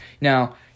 Now